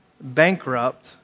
bankrupt